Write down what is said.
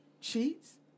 cheats